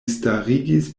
starigis